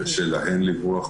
כי קשה להן לברוח,